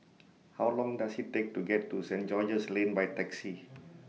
How Long Does IT Take to get to Saint George's Lane By Taxi